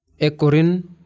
Ekorin